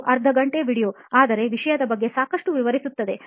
ಇದು ಅರ್ಧ ಘಂಟೆಯ ವೀಡಿಯೊ ಆದರೆ ವಿಷಯದ ಬಗ್ಗೆ ಸಾಕಷ್ಟು ವಿವರಿಸುತ್ತದೆ